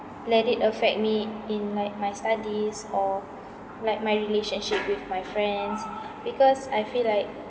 let it affect me in like my studies or like my relationship with my friends because I feel like